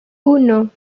uno